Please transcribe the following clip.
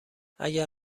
اگر